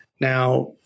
Now